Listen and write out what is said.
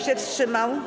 się wstrzymał?